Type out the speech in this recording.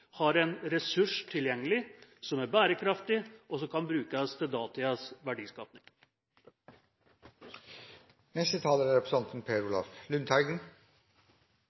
har en ressurs tilgjengelig som er bærekraftig, og som kan brukes til